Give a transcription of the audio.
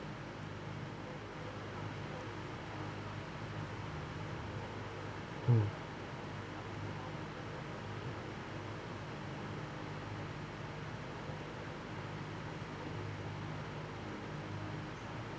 mm